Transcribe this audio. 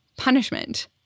Punishment